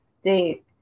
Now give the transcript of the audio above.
state